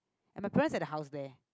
and my friend has the house there